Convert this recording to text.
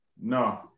No